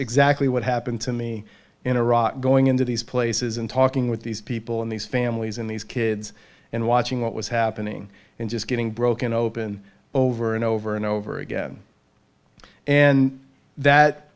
exactly what happened to me in iraq going into these places and talking with these people and these families and these kids and watching what was happening and just getting broken open over and over and over again and that